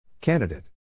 Candidate